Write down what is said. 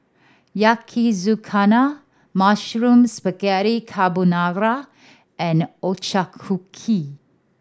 Yakizakana Mushroom Spaghetti Carbonara and a Ochazuke